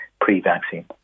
pre-vaccine